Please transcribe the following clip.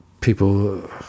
people